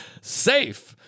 safe